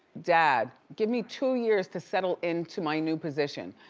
dad, give me two years to settle into my new position.